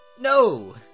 No